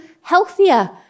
healthier